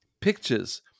pictures